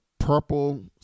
purple